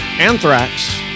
Anthrax